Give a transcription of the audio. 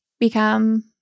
Become